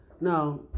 Now